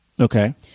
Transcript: okay